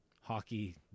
hockey